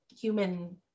human